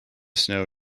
snow